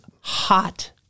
hot